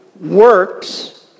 works